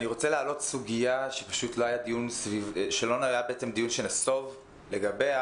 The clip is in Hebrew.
אני רוצה להעלות סוגיה שעליה לא נסוב דיון,